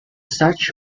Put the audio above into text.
such